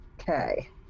Okay